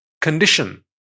condition